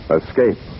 escape